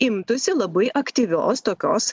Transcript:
imtųsi labai aktyvios tokios